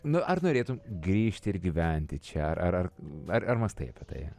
nu ar norėtumei grįžti ir gyventi čia ar ar ar mąstai apie tai